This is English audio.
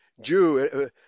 Jew